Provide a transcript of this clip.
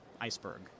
iceberg